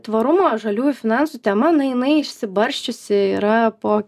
tvarumo žaliųjų finansų tema na jinai išsibarsčiusi yra po